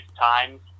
times